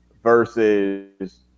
versus